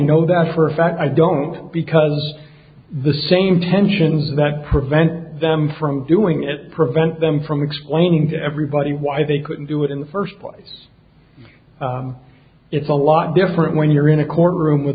know that for a fact i don't because the same tensions that prevent them from doing it prevent them from explaining to everybody why they couldn't do it in the first place it's a lot different when you're in a courtroom with